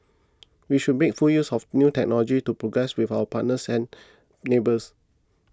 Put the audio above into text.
we should make full use of new technologies to progress with our partners and neighbours